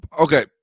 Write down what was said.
okay